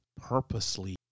purposely